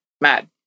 Mad